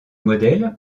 modèle